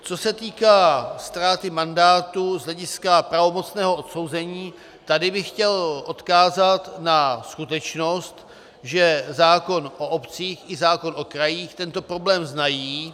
Co se týká ztráty mandátu z hlediska pravomocného odsouzení, tady bych chtěl odkázat na skutečnost, že zákon o obcích i zákon o krajích tento problém znají.